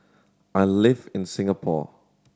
I live in Singapore